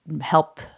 help